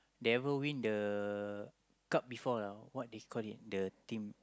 devil win the cup before lah what is call it the thing